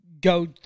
go